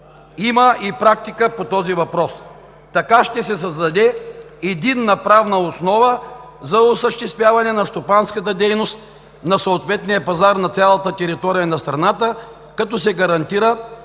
Има и практика по този въпрос. Така ще се създаде единна правна основа за осъществяване на стопанската дейност на съответния пазар на цялата територия на страната, като се гарантира